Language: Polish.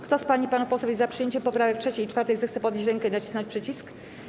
Kto z pań i panów posłów jest za przyjęciem poprawek 3. i 4., zechce podnieść rękę i nacisnąć przycisk.